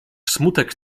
smutek